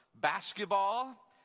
basketball